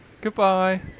Goodbye